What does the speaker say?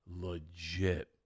legit